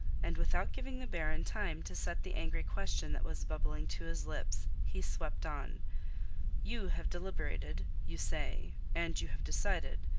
and without giving the baron time to set the angry question that was bubbling to his lips, he swept on you have deliberated, you say, and you have decided.